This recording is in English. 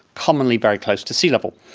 commonly very close to sea level.